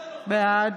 בעד